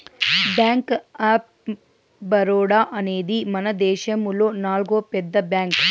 bank of Baroda అనేది మనదేశములో నాల్గో పెద్ద బ్యాంక్